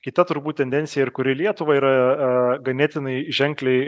kita turbūt tendencija ir kuri lietuva yra a ganėtinai ženkliai